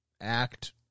act